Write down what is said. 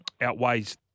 outweighs